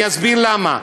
אני אסביר למה.